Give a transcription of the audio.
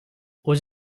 aux